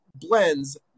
blends